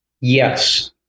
yes